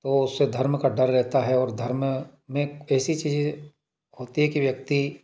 तो उसे धर्म का डर रहता है और धर्म में एक ऐसी चीज़ होती है कि व्यक्ति